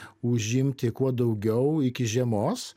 užimti kuo daugiau iki žiemos